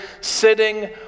sitting